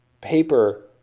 paper